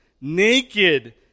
naked